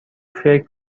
فکر